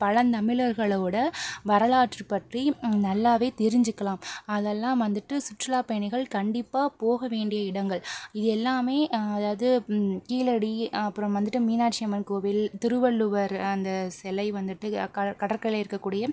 பழந்தமிழர்களோடய வரலாற்று பற்றி நல்லாவே தெரிஞ்சிக்கலாம் அதெல்லாம் வந்துட்டு சுற்றுலா பயணிகள் கண்டிப்பாக போக வேண்டிய இடங்கள் இது எல்லாமே அதாவது கீழடி அப்புறம் வந்துட்டு மீனாட்சி அம்மன் கோவில் திருவள்ளுவர் அந்த சிலை வந்துட்டு கட கடற்கரையில் இருக்க கூடிய